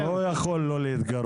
הוא לא יכול לא להתגרות.